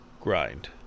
Grind